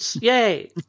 Yay